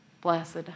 Blessed